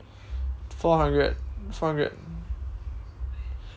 four hundred four hundred